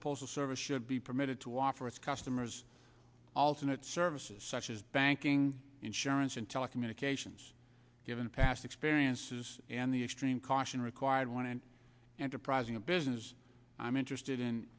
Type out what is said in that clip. the postal service should be permitted to offer its customers alternate services such as banking insurance and telecommunications given past experiences and the extreme caution required when an enterprising a business i'm interested in